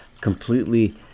completely